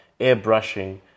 airbrushing